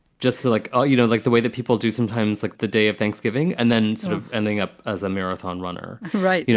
just like, oh, you don't like the way that people do sometimes, like the day of thanksgiving and then sort of ending up as a marathon runner. right. you know,